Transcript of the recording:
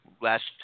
last